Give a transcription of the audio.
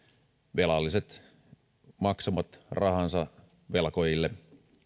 velalliset maksavat rahansa velkojille